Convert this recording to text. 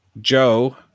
Joe